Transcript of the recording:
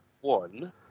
one